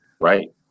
Right